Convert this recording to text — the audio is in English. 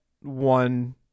One